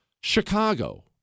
Chicago